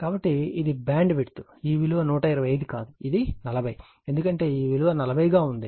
కాబట్టి ఇది బ్యాండ్విడ్త్ ఈ విలువ 125 కాదు ఇది 40 ఎందుకంటే ఈ విలువ 40 గా ఉంది